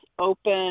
open